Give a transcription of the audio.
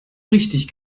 richtig